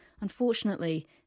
Unfortunately